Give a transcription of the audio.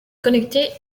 connecter